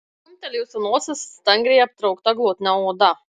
kumptelėjusi nosis stangriai aptraukta glotnia oda